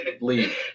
Leave